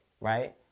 right